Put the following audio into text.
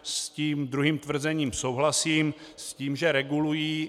S tím druhým tvrzením souhlasím, s tím, že regulují.